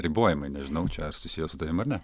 ribojimai nežinau čia ar susijęs su tavim ar ne